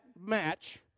match